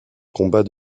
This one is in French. combat